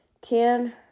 Ten